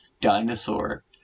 dinosaur